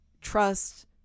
trust